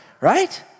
right